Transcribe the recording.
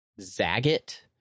Zagat